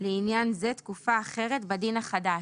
לעניין זה תקופה אחרת בדין החדש,